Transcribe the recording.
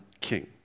king